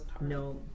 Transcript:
No